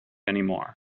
anymore